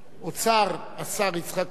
האוצר, השר יצחק כהן, אז